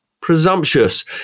presumptuous